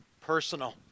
personal